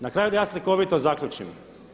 Na kraju da ja slikovito zaključim.